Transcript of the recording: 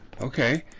okay